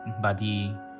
body